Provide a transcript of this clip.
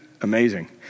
amazing